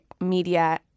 media